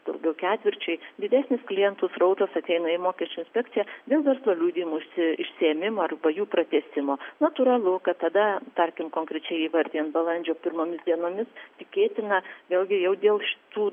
daugiau ketvirčiui didesnis klientų srautas ateina į mokesčių inspekciją dėl verslo liudijimų išsi išsiemimo arba jų pratęsimo natūralu kad tada tarkim konkrečiai įvardijant balandžio pirmomis dienomis tikėtina vėlgi jau dėl šitų